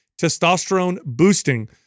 testosterone-boosting